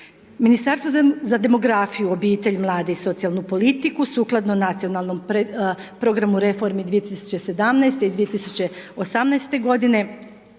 Ministarstvo za demografiju, obitelj, mlade i socijalnu politiku, sukladno Nacionalnom programu reformi 2017. i 2018. godine,